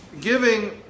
giving